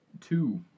Two